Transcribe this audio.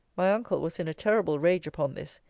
my uncle was in a terrible rage upon this.